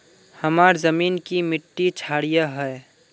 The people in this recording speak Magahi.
हमार जमीन की मिट्टी क्षारीय है?